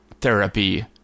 therapy